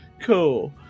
Cool